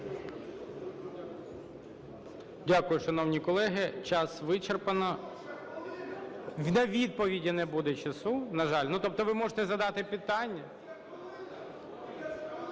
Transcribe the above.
Дякую, шановні колеги. Час вичерпано. На відповіді не буде часу, на жаль. Ну, тобто ви можете задати питання...